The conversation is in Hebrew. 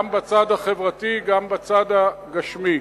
גם בצד החברתי גם בצד הגשמי.